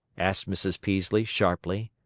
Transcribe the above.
asked mrs. peaslee, sharply.